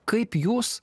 kaip jūs